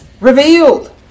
revealed